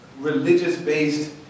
religious-based